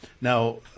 Now